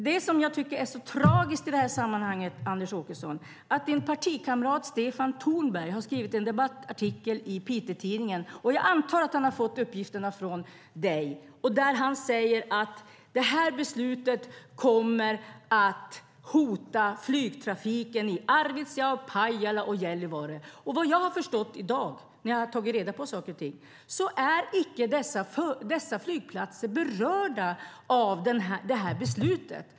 Det som jag tycker är så tragiskt i det här sammanhanget, Anders Åkesson, är att din partikamrat Stefan Tornberg har skrivit en debattartikel i Piteå-Tidningen - jag antar att han har fått uppgifterna från dig - där han säger att det här beslutet kommer att hota flygtrafiken i Arvidsjaur, Pajala och Gällivare. Vad jag har förstått i dag, när jag har tagit reda på saker och ting, är att dessa flygplatser icke är berörda av det här beslutet.